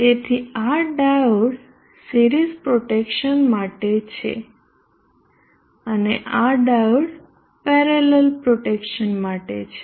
તેથી આ diode series protection માટે છે અને આ ડાયોડ પેરેલલ પ્રોટેક્શન માટે છે